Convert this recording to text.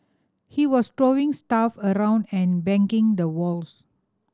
he was throwing stuff around and banging the walls